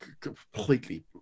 completely